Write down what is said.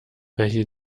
welche